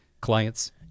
clients